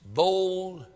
bold